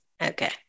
Okay